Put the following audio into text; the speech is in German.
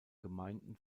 gemeinden